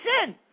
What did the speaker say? sin